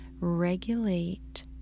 regulate